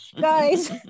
guys